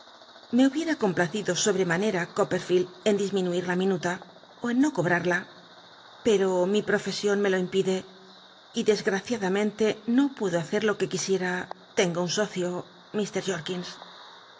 me hubiera complacido sobre copperfield en disminuir la minuta ó en no cobrarla pero mi prol'csion me lo impide y desgraciadamente no puedo hacer lo que quisiera tengo un jorkins socio